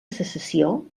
secessió